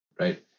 right